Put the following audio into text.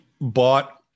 bought